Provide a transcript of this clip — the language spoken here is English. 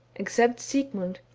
except sigmund,